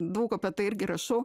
daug apie tai irgi rašau